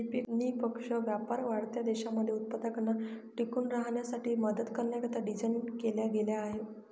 निष्पक्ष व्यापार वाढत्या देशांमध्ये उत्पादकांना टिकून राहण्यासाठी मदत करण्याकरिता डिझाईन केला गेला आहे